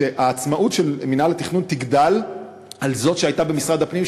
והעצמאות של מינהל התכנון תגדל על זאת שהייתה במשרד הפנים,